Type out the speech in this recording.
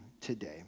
today